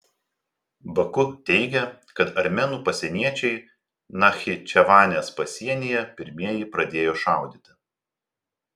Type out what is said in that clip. baku teigia kad armėnų pasieniečiai nachičevanės pasienyje pirmieji pradėjo šaudyti